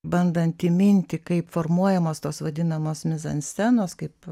bandant įminti kaip formuojamos tos vadinamos mizanscenos kaip